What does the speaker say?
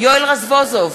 יואל רזבוזוב,